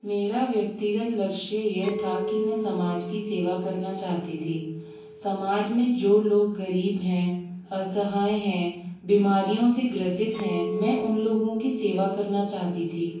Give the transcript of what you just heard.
मेरा व्यक्तिगत लक्ष्य यह था कि मैं समाज की सेवा करना चाहती थी समाज में जो लोग गरीब हैं असहाय हैं बीमारियों से ग्रसित हैं मैं उन लोगों की सेवा करना चाहती थी